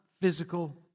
physical